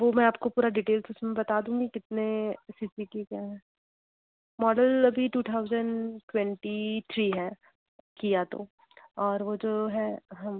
वो मैं आपको पूरा डिटेल्स उसमें बता दूँगी कितने सी सी की क्या है मॉडल अभी टू थाऊज़ेन्ड ट्वेंटी थ्री है किया तो और वो जो है हाँ